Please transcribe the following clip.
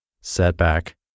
setback